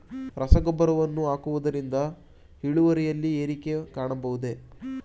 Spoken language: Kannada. ರಸಗೊಬ್ಬರವನ್ನು ಹಾಕುವುದರಿಂದ ಇಳುವರಿಯಲ್ಲಿ ಏರಿಕೆ ಕಾಣಬಹುದೇ?